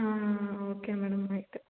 ಹಾಂ okay madam ಆಯ್ತು